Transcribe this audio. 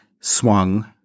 swung